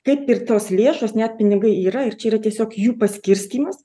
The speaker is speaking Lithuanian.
kaip ir tos lėšos net pinigai yra ir čia yra tiesiog jų paskirstymas